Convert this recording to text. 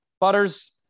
Butters